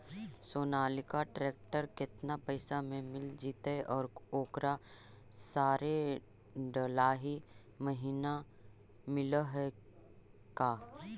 Sonalika tractor केतना पैसा में मिल जइतै और ओकरा सारे डलाहि महिना मिलअ है का?